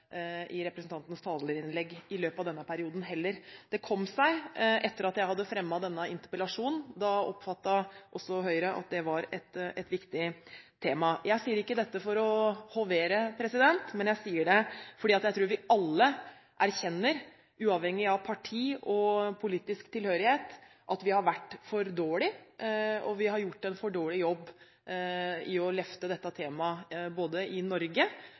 Det kom seg etter at jeg hadde fremmet denne interpellasjonen. Da oppfattet også Høyre at dette var et viktig tema. Jeg sier ikke dette for å hovere, jeg sier det fordi jeg tror vi alle erkjenner – uavhengig av parti og politisk tilhørighet – at vi har vært for dårlige. Vi har gjort en for dårlig jobb med å løfte dette temaet – både i Norge